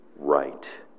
Right